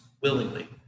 willingly